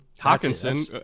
Hawkinson